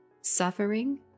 suffering